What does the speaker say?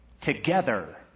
together